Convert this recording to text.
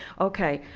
ok,